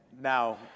now